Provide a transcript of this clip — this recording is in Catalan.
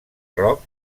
rock